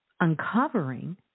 uncovering